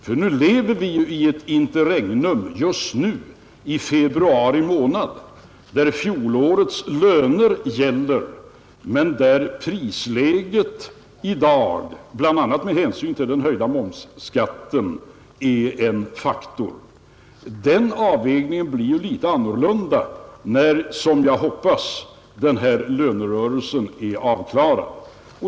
Just nu, i februari månad, lever vi ju i ett interregnum där fjolårets löner gäller men där prisläget, bl.a. med hänsyn till den höjda mervärdeskatten, är högre. Den avvägningen blir litet annorlunda när lönerörelsen är avklarad.